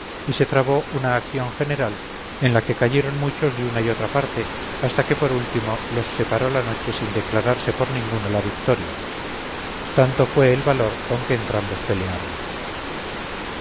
y se trabó una acción general en la que cayeron muchos de una y otra parte hasta que por último los separó la noche sin declararse por ninguno la victoria tanto fue el valor con que entrambos pelearon